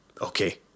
okay